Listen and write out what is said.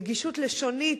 נגישות לשונית,